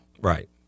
Right